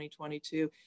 2022